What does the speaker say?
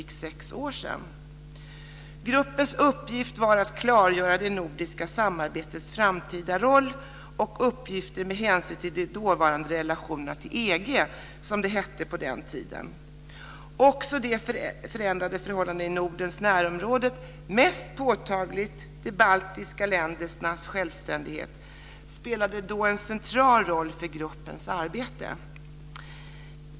Gruppens uppgift var att klargöra det nordiska samarbetets framtida roll och uppgifter med hänsyn till de dåvarande relationerna till EG, som det hette på den tiden. Också det förändrade förhållandet i Nordens närområde - mest påtagligt var de baltiska ländernas självständighet - spelade då en central roll för gruppens arbete.